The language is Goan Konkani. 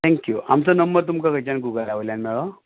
थेंक यू आमचो नंबर तुमकां खंयच्यान गुगला वयल्यार मेळ्ळो